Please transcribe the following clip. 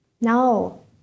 No